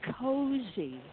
cozy